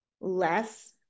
less